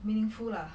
meaningful lah